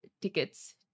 tickets